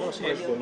לסיכום.